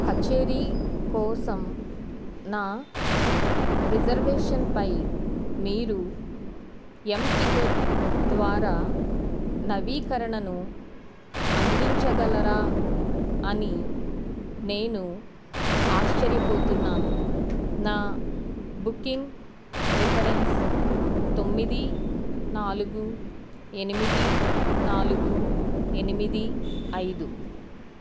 కచేరీ కోసం నా రిజర్వేషన్పై మీరు ఎం టికెట్ ద్వారా నవీకరణను అందించగలరా అని నేను ఆశ్చర్యపోతున్నాను నా బుకింగ్ రిఫరెన్స్ తొమ్మిది నాలుగు ఎనిమిది నాలుగు ఎనిమిది ఐదు